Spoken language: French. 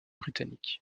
britanniques